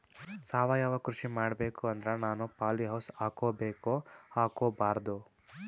ಸಾವಯವ ಕೃಷಿ ಮಾಡಬೇಕು ಅಂದ್ರ ನಾನು ಪಾಲಿಹೌಸ್ ಹಾಕೋಬೇಕೊ ಹಾಕ್ಕೋಬಾರ್ದು?